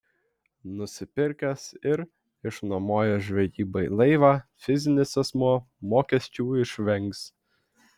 nusipirkęs ir išnuomojęs žvejybai laivą fizinis asmuo mokesčių išvengs